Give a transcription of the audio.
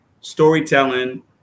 storytelling